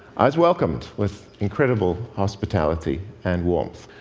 i was welcomed with incredible hospitality and warmth.